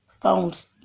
phones